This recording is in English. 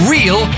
Real